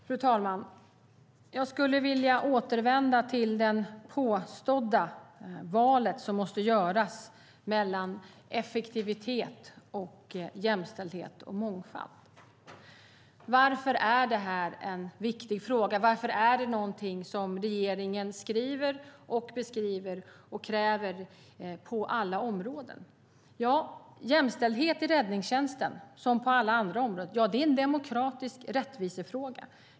Fru talman! Jag skulle vilja återvända till det påstådda val som måste göras mellan effektivitet, jämställdhet och mångfald. Varför är det här en viktig fråga? Varför är det någonting som regeringen skriver, beskriver och kräver på alla områden? Jämställdhet i räddningstjänsten som på alla andra områden är en demokratisk rättvisefråga.